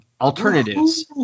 Alternatives